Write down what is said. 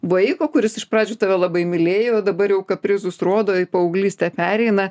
vaiko kuris iš pradžių tave labai mylėjo o dabar jau kaprizus rodo į paauglystę pereina